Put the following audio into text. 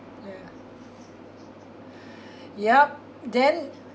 ya yup then